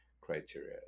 criteria